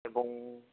ଏବଂ